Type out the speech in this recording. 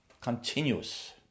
continuous